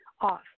off